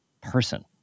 person